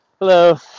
Hello